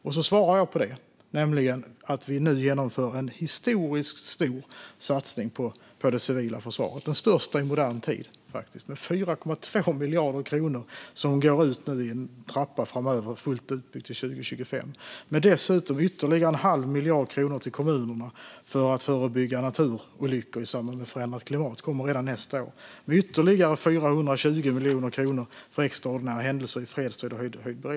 Jag svarar på det och säger att vi nu genomför en historiskt stor satsning på det civila försvaret - det är faktiskt den största i modern tid. Det är 4,2 miljarder kronor som går ut i en trappa framöver, fullt utbyggd till 2025. Dessutom är det ytterligare en halv miljard kronor till kommunerna för att förebygga naturolyckor i samband med förändrat klimat - det kommer redan nästa år. Det är ytterligare 420 miljoner kronor för extraordinära händelser i fredstid och höjd beredskap.